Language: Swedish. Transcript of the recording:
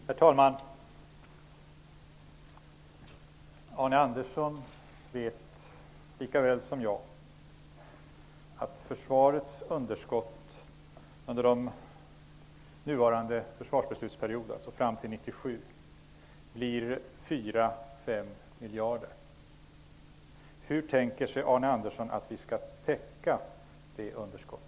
Herr talman! Arne Andersson vet lika väl som jag att försvarets underskott under nuvarande försvarsbeslutsperiod, fram till 1997, blir 4--5 miljarder. Hur tänker Arne Andersson att vi skall täcka det underskottet?